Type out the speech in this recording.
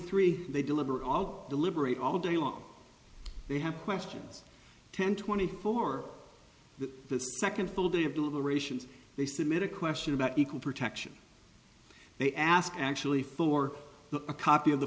three they deliberate all deliberate all day long they have questions ten twenty four the second full day of deliberations they submit a question about equal protection they asked actually for a copy of the